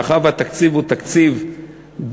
מאחר שהתקציב הוא דו-שנתי,